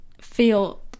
feel